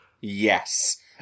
Yes